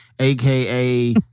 aka